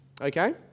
Okay